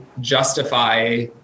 justify